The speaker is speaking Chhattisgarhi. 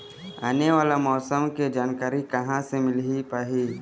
आने वाला मौसम के जानकारी कहां से मिल पाही?